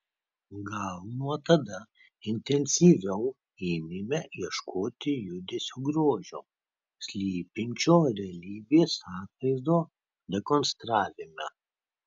gal nuo tada intensyviau ėmėme ieškoti judesio grožio slypinčio realybės atvaizdo dekonstravime